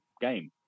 game